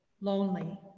lonely